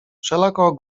wszelako